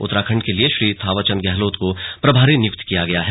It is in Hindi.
उत्तराखंड के लिए श्री थावर चंद गहलोत को प्रभारी नियुक्त किया गया है